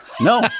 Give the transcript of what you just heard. No